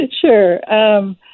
Sure